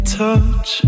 touch